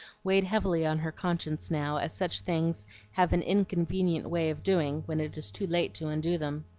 weighed heavily on her conscience now, as such things have an inconvenient way of doing when it is too late to undo them.